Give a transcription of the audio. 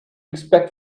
expect